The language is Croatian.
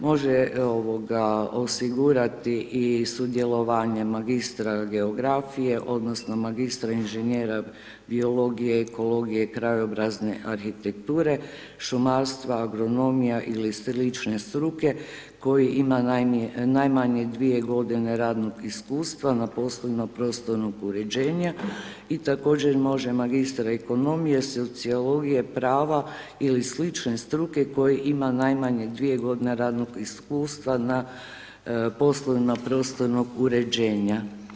Može osigurati i sudjelovanje magistra geografije odnosno magistra inženjera biologije, ekologije, krajobrazne arhitekture, šumarstva, agronomija ili slične struke koji ima najmanje 2 g. radnog iskustva na poslovima prostornog uređenja i također može magistar ekonomije, sociologije, prava ili slične struke koji ima najmanje 2 g. radnog iskustva na poslovima prostornog uređenja.